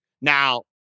Now